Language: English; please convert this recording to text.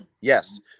Yes